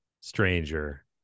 stranger